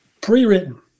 pre-written